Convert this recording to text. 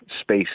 space